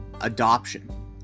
adoption